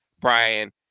Brian